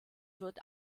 wird